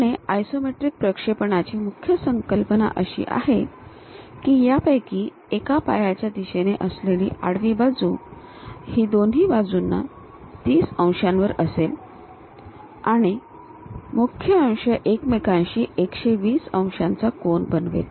आणि आयसोमेट्रिक प्रक्षेपणांची मुख्य संकल्पना अशी आहे की यापैकी एक पायाच्या दिशेने असेलेली आडवी बाजू ही दोन्ही बाजूंना 30 अंशांवर असेल आणि मुख्य अक्ष एकमेकांशी 120 अंशांचा कोन बनवेल